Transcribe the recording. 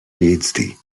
phd